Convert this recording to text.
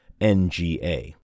NGA